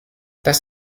das